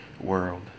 world